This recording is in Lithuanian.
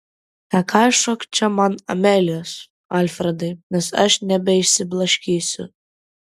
nekaišiok čia man amelijos alfredai nes aš nebeišlaikysiu